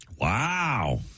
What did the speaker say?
Wow